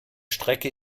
strecke